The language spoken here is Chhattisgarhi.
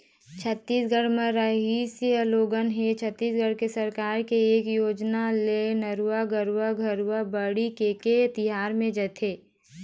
छत्तीसगढ़ म रहइया लोगन ह छत्तीसगढ़ सरकार के ए योजना ल नरूवा, गरूवा, घुरूवा, बाड़ी के के तीर म जीथे